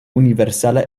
universala